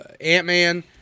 Ant-Man